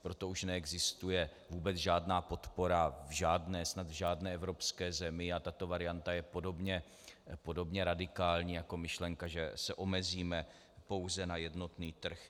Pro to už neexistuje vůbec žádná podpora snad v žádné evropské zemi a tato varianta je podobně radikální jako myšlenka, že se omezíme pouze na jednotný trh.